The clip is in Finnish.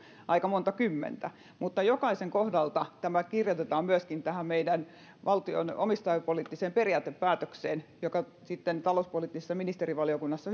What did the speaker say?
aika monta kymmentä mutta jokaisen kohdalla tämä kirjoitetaan myöskin meidän valtion omistajapoliittiseen periaatepäätökseen joka sitten talouspoliittisessa ministerivaliokunnassa